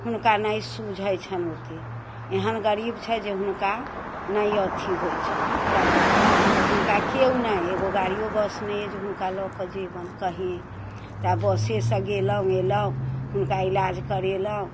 हुनका नहि सूझै छनि ओते एहन गरीब छै जे हुनका नहि अथी होइ छनि कहीं तऽ हुनका केओ नहि एगो गाड़िओ बस नहि अइ जे हुनका लऽ कऽ जेबनि कहीं या बसेसँ गेलहुँ एलहुँ हुनका इलाज करेलहुँ